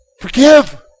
Forgive